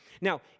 Now